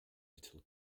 little